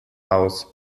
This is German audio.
aus